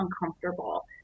uncomfortable